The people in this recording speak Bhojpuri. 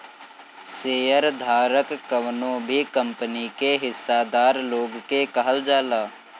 शेयर धारक कवनो भी कंपनी के हिस्सादार लोग के कहल जाला